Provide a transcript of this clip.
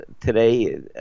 today